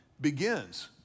begins